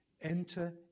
Enter